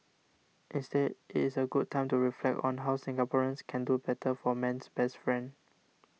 instead is a good time to reflect on how Singaporeans can do better for man's best friend